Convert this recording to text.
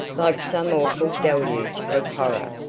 like some awful deluge of horror!